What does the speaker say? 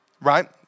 right